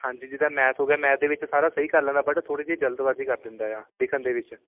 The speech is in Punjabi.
ਹਾਂਜੀ ਜਿੱਦਾਂ ਮੈਥ ਹੋ ਗਿਆ ਮੈਥ ਦੇ ਵਿੱਚ ਸਾਰਾ ਸਹੀ ਕਰ ਲੈਂਦਾ ਬਟ ਥੋੜ੍ਹੀ ਜਿਹੀ ਜਲਦਬਾਜ਼ੀ ਕਰ ਦਿੰਦਾ ਆ ਲਿਖਣ ਦੇ ਵਿੱਚ